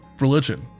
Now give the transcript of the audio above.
religion